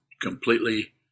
completely